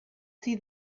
see